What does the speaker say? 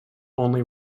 only